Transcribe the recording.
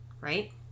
right